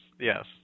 Yes